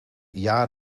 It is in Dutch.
jaar